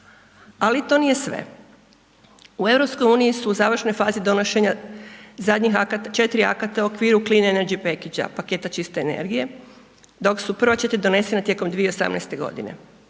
Ali to nije sve, u EU su u završnoj fazi donošenja 4 akata u okviru…/Govornik se ne razumije/…paketa čiste energije, dok su prva 4 donesena tijekom 2018.g.